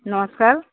ନମସ୍କାର